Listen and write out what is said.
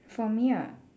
for me ah